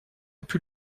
plus